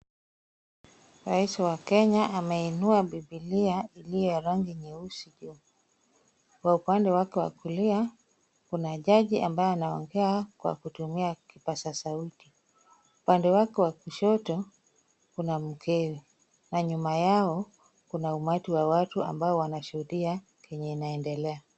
Rais wa Kenya ameinua Bibilia iliyo na rangi nyeusi. Kwa upande wake wa kulia kuna jaji ambaye anaongea kwa kutumia kipaza sauti. Upande wake wa kushoto ,kuna mkewe na nyuma yao kuna umati wa watu ambao wanashuhudia kenye inaendelea.